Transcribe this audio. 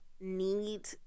need